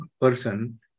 person